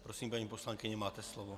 Prosím, paní poslankyně, máte slovo.